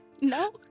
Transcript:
No